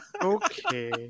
Okay